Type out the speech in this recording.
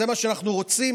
זה מה שאנחנו רוצים?